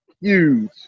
huge